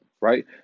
right